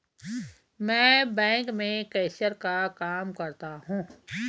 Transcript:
मैं बैंक में कैशियर का काम करता हूं